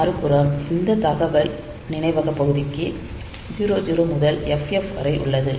மறுபுறம் இந்த தகவல் நினைவக பகுதிக்கு 00 முதல் FF வரை உள்ளது